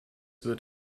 wird